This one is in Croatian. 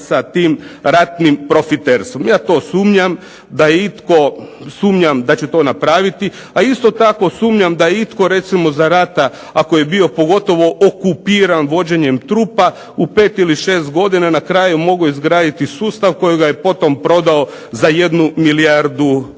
sa tim ratnim profiterstvom. Ja to sumnjam da itko sumnjam da će to napraviti, a isto tako sumnjam da je itko recimo za rata ako je bio pogotovo okupiran vođenjem trupa u pet ili šest godina na kraju mogao izgraditi sustav kojega je potom prodao za jednu milijardu